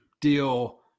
deal